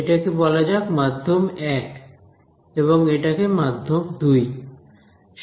এটাকে বলা যাক মাধ্যম 1 এবং এটাকে মাধ্যম 2